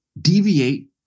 deviate